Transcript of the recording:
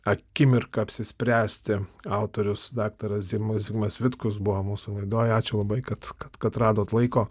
akimirka apsispręsti autorius daktaras zigmas vitkus buvo mūsų laidoj ačiū labai kad kad radot laiko